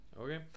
Okay